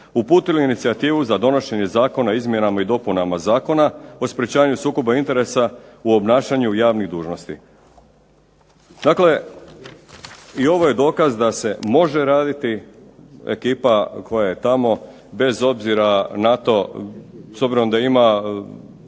uputilo inicijativu za donošenje Zakona o izmjenama i dopunama Zakona, o sprečavanju sukoba interesa u obnašanju javnih dužnosti. Dakle, i ovo je dokaz da se može raditi, ekipa koja je tamo, bez obzira na to s obzirom da ima